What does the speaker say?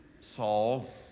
Saul